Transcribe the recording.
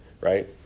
Right